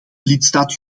lidstaat